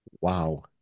wow